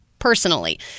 personally